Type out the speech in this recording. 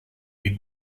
die